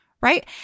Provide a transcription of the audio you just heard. Right